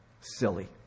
Silly